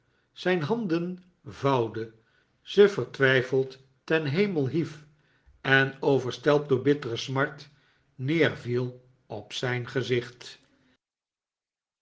zijn handen vouwde ze vertwijfeld ten hemel hief en overstelpt door bittere smart neerviel op zijn gezicht